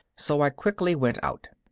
so i quickly went out.